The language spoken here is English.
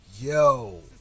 yo